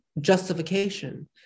justification